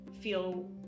feel